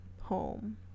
home